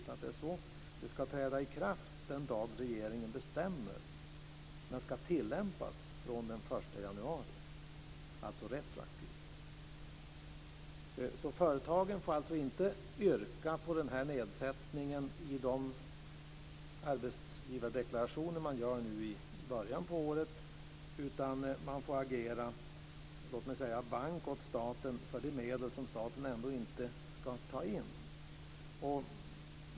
De nya reglerna ska träda i kraft den dag som regeringen bestämmer, men de ska tillämpas från den 1 januari - Företagen får alltså inte yrka på denna nedsättning i de arbetsgivardeklarationer som de upprättar i början av året, utan de får så att säga agera bank åt staten för de medel som staten ändå inte ska ha in.